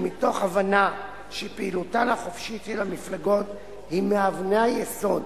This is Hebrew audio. ומתוך הבנה שפעילותן החופשית של המפלגות היא מאבני היסוד